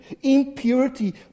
impurity